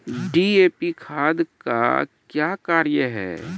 DAP खाद का क्या कार्य हैं?